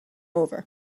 over